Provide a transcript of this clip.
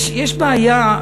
יש בעיה.